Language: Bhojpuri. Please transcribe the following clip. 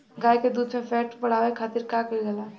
गाय के दूध में फैट बढ़ावे खातिर का कइल जाला?